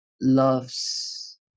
Loves